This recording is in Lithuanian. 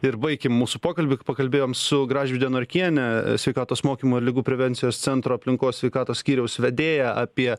ir baikim mūsų pokalbį pakalbėjom su gražvyde norkiene sveikatos mokymo ir ligų prevencijos centro aplinkos sveikatos skyriaus vedėja apie